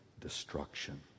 Destruction